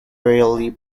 rarely